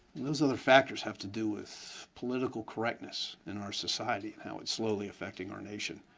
those other factors have to do with political correctness in our society and how it's slowly affecting our nation.